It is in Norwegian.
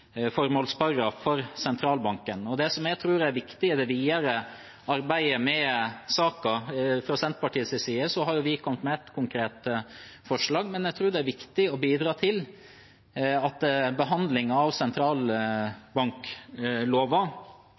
formålsparagraf for Sentralbanken. Fra Senterpartiets side har vi kommet med ett konkret forslag, men jeg tror det er viktig i det videre arbeidet å bidra til at behandlingen av sentralbankloven